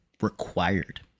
required